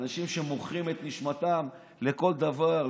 אנשים שמוכרים את נשמתם לכל דבר,